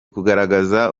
kugaragaza